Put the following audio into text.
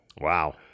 Wow